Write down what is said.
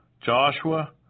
Joshua